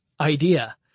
idea